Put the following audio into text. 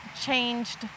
changed